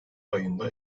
ayında